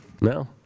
No